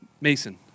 Mason